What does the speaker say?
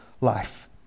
life